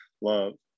love